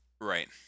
Right